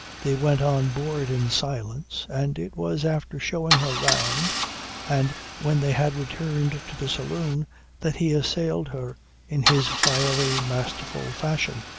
they went on board in silence, and it was after showing her round and when they had returned to the saloon that he assailed her in his fiery, masterful fashion.